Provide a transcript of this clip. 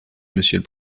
monsieur